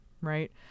Right